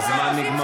תיכנס לפייסבוק,